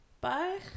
Bye